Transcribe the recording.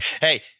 Hey